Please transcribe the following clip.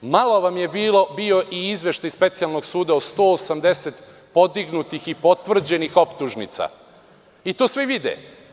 Malo vam je bio i izveštaj Specijalnog suda o 180 podignutih i potvrđenih optužnica, i to svi vide.